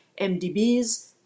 MDBs